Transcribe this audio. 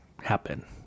happen